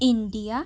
India